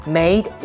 made